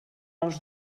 els